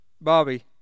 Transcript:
Bobby